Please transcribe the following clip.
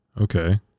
Okay